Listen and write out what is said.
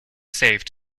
safe